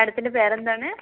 മേഡത്തിൻ്റെ പേരെന്താണ്